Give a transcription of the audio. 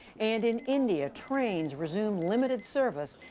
and, in india, trains resumed limited service,